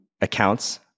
Accounts